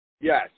Yes